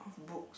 books